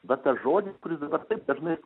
va tas žodis kuris dabar taip dažnai